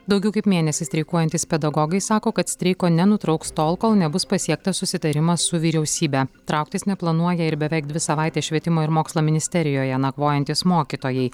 daugiau kaip mėnesį streikuojantys pedagogai sako kad streiko nenutrauks tol kol nebus pasiektas susitarimas su vyriausybe trauktis neplanuoja ir beveik dvi savaites švietimo ir mokslo ministerijoje nakvojantys mokytojai